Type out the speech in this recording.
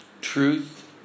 Truth